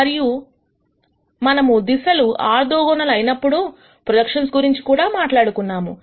మరియు మనము దిశలు ఆర్థోగోనల్ అయినప్పుడు ప్రొజెక్షన్స్ గురించి కూడా మాట్లాడుకున్నాము